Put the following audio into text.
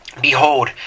Behold